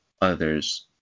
others